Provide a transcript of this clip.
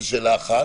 זו שאלה אחת.